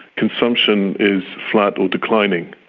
consumption is flat or declining.